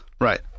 Right